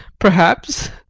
perhaps.